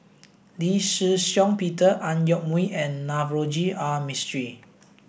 Lee Shih Shiong Peter Ang Yoke Mooi and Navroji R Mistri